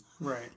Right